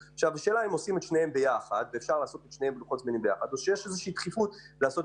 השאלה היא אם עושים את שני הדברים ביחד או שיש דחיפות לעצב